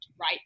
right